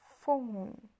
phone